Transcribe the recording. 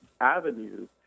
avenues